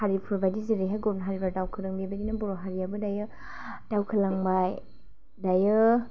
हारिफोर बायदि जेरैहाय गुबुन हारिफ्रा दावखोदों बेबायदिनो बर' हारियाबो दायो दावखोलांबाय दायो